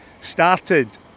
started